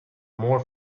more